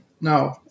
No